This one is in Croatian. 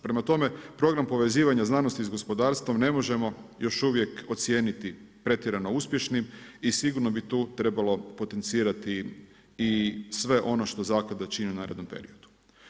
Prema tome, program povezivanja znanosti sa gospodarstvom ne možemo još uvijek ocijeniti pretjerano uspješnim i sigurno bi tu trebalo potencirati i sve ono što zaklada čini u narednom periodu.